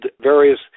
various